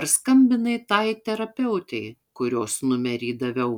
ar skambinai tai terapeutei kurios numerį daviau